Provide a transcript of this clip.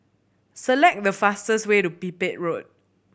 select the fastest way to Pipit Road